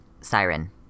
siren